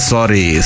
Sorry